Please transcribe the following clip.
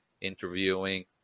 interviewing